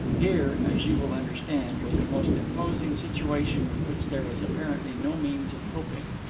here, as you will understand, was a most impossible situation with which there was apparently no means of coping.